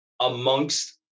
amongst